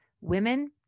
Women